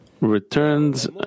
Returns